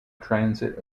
transit